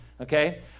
Okay